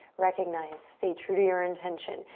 recognize, stay true to your intention.